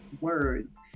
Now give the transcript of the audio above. words